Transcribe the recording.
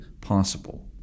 possible